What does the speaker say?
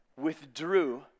withdrew